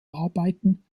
arbeiten